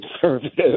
conservative